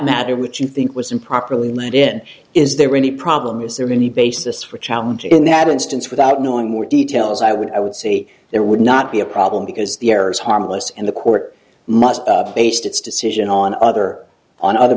matter which you think was improperly let in is there any problem is there any basis for a challenge in that instance without knowing more details i would i would say there would not be a problem because the error is harmless and the court must based its decision on other on other